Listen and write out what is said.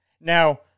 Now